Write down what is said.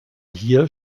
hier